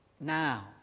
now